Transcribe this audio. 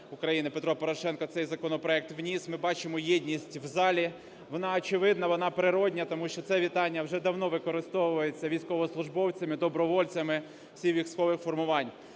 Петро Порошенко цей законопроект вніс. Ми бачимо єдність в залі, вона очевидна, вона природна, тому що це вітання вже давно використовується військовослужбовцями, добровольцями всіх військових формувань.